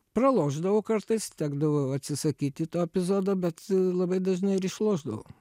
pralošdavau kartais tekdavo atsisakyti to epizodo bet labai dažnai ir išlošdavau